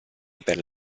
per